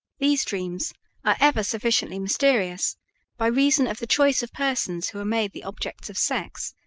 these dreams are ever sufficiently mysterious by reason of the choice of persons who are made the objects of sex,